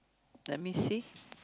let me see